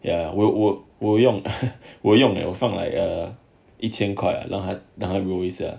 ya 我我有用有用我放那个一千块然后他 roll 一下